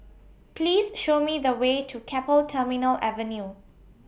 Please Show Me The Way to Keppel Terminal Avenue